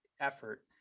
effort